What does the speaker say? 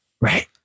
Right